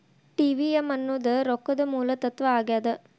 TVM ಅನ್ನೋದ್ ರೊಕ್ಕದ ಮೂಲ ತತ್ವ ಆಗ್ಯಾದ